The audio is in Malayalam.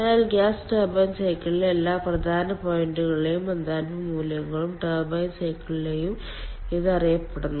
അതിനാൽ ഗ്യാസ് ടർബൈൻ സൈക്കിളിലെ എല്ലാ പ്രധാന പോയിന്റുകളിലെയും എന്താൽപ്പി മൂല്യങ്ങളും ടർബൈൻ സൈക്കിളിലെയും ഇത് അറിയപ്പെടുന്നു